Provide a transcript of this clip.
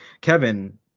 Kevin